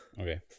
Okay